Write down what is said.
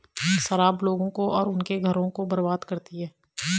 शराब लोगों को और उनके घरों को बर्बाद करती है